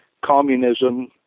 Communism